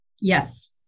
Yes